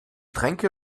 getränke